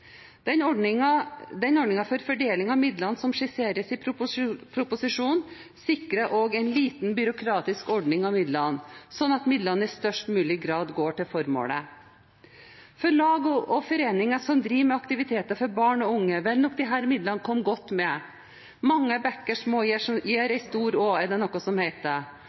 Den ordningen for fordeling av midlene som skisseres i proposisjonen, sikrer også en lite byråkratisk organisering av midlene, slik at midlene i størst mulig grad går til formålet. For lag og foreninger som driver med aktiviteter for barn og unge, vil nok disse midlene komme godt med. «Mange bekker små gir en stor å», er det noe som heter,